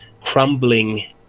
crumbling